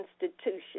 institution